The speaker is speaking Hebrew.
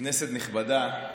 כנסת נכבדה,